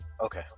Okay